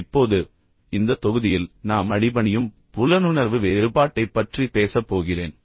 இப்போது இந்த தொகுதியில் நாம் அடிபணியும் புலனுணர்வு வேறுபாட்டைப் பற்றி பேசப் போகிறேன்